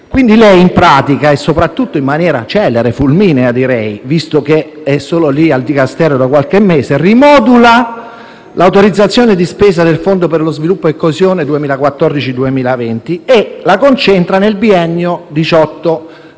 Quindi lei, in pratica, e soprattutto in maniera celere, fulminea direi, visto che è al Dicastero solo da qualche mese, rimodula l'autorizzazione di spesa del fondo per lo sviluppo e coesione 2014-2020 e la concentra nel biennio 2018-2019, e